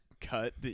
cut